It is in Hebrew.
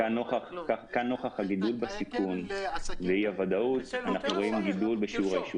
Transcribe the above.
כאן נוכח הגידול בסיכון ואי הוודאות אנחנו רואים גידול בשיעור האישורים.